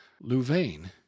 Louvain